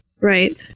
Right